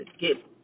get